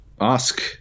ask